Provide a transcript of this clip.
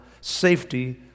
safety